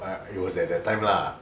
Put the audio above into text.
but it was at that time lah